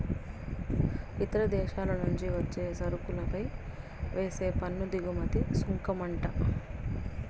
ఇతర దేశాల నుంచి వచ్చే సరుకులపై వేసే పన్ను దిగుమతి సుంకమంట